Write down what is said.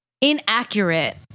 inaccurate